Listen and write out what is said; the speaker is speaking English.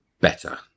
better